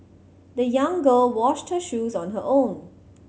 the young girl washed her shoes on her own